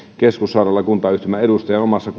keskussairaalakuntayhtymän edustajan omassa